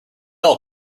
bell